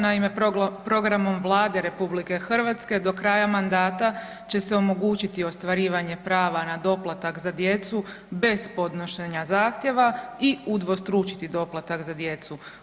Naime, programom Vlade RH do kraja mandata će se omogućiti ostvarivanje prava na doplatak za djecu bez podnošenja zahtjeva i udvostručiti doplatak za djecu.